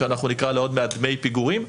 שנקרא לה עוד מעט: דמי פיגורים,